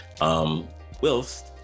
whilst